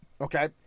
Okay